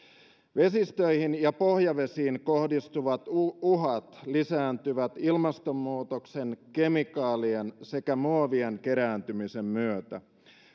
vesistöihin ja pohjavesiin kohdistuvat uhat lisääntyvät ilmastonmuutoksen kemikaalien sekä muovien kerääntymisen myötä